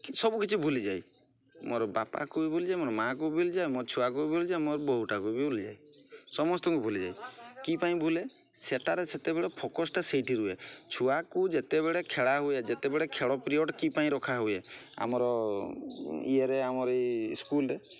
ସବୁକିଛି ଭୁଲିଯାଏ ମୋର ବାପାକୁ ବି ଭୁଲିଯାଏ ମୋର ମାଆକୁ ବି ଭୁଲିଯାଏ ମୋର ଛୁଆକୁ ବି ଭୁଲିଯାଏ ମୋର ବୋଉଟାକୁ ବି ଭୁଲିଯାଏ ସମସ୍ତଙ୍କୁ ଭୁଲିଯାଏ କିପାଇଁ ଭୁଲ୍ ସେଟାରେ ସେତେବେଳେ ଫୋକସ୍ଟା ସେଇଠି ରୁହେ ଛୁଆକୁ ଯେତେବେଳେ ଖେଳା ହୁଏ ଯେତେବେଳେ ଖେଳ ପିରିଅଡ଼୍ କିପାଇଁ ରଖା ହୁଏ ଆମର ଇଏରେ ଆମର ଏଇ ସ୍କୁଲରେ